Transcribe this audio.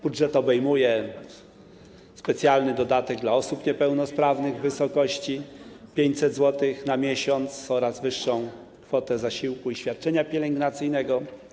Budżet obejmuje specjalny dodatek dla osób niepełnosprawnych w wysokości 500 zł na miesiąc oraz wyższą kwotę zasiłku i świadczenia pielęgnacyjnego.